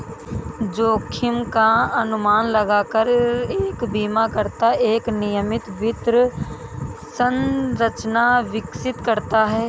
जोखिम का अनुमान लगाकर एक बीमाकर्ता एक नियमित वित्त संरचना विकसित करता है